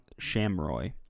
Shamroy